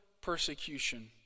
persecution